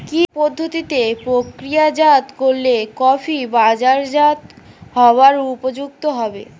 কি পদ্ধতিতে প্রক্রিয়াজাত করলে কফি বাজারজাত হবার উপযুক্ত হবে?